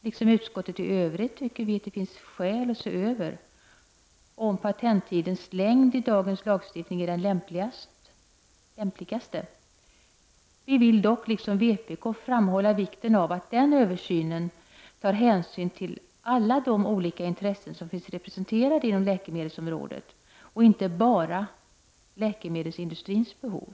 Liksom utskottet i Övrigt anser vi att det finns skäl att undersöka om patenttidens längd i dagens lagstiftning är den lämpligaste. Vi vill dock liksom vpk framhålla vikten av att den översynen tar hänsyn till alla de olika intressen som finns representerade inom läkemedelsområdet och inte bara till läkemedelsindustrins behov.